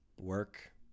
work